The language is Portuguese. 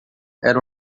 era